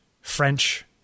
French